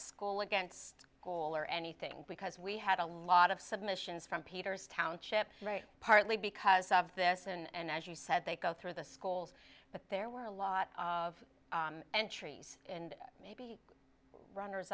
school against goal or anything because we had a lot of submissions from peter's township partly because of this and as you said they go through the schools but there were a lot of entries and maybe runners